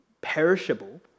perishable